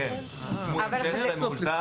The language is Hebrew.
כן, M16 מאולתר.